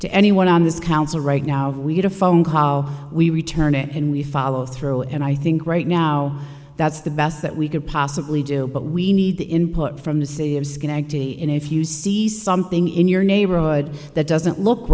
to anyone on this council right now we get a phone call we return it and we follow through and i think right now that's the best that we could possibly do but we need the input from the city of schenectady in if you see something in your neighborhood that doesn't look